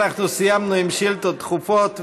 אנחנו סיימנו עם שאילתות דחופות,